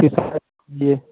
लिए